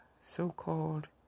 so-called